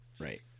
right